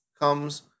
comes